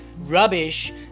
rubbish